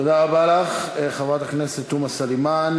תודה רבה לך, חברת הכנסת תומא סלימאן.